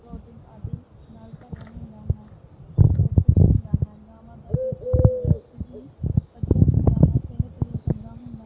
protein ਆਦਿ ਨਾਲ ਭਰਿਆ ਹੁੰਦਾ ਹੈ ਪੋਸ਼ਟਿਕ ਹੁੰਦਾ ਹੈ ਗਾਵਾਂ ਦਾ ਦੁੱਧ ਵੀ ਬਹੁਤ ਹੀ ਵਧੀਆ ਹੁੰਦਾ ਹੈ ਸਿਹਤ ਲਈ ਚੰਗਾ ਹੁੰਦਾ ਹੈ